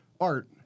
art